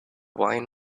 wine